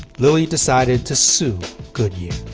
lilly decided to sue goodyear.